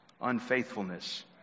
unfaithfulness